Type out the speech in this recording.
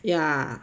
ya